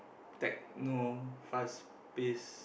Techno fast paced